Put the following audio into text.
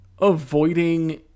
avoiding